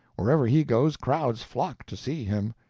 wherever he goes, crowds flock to see him.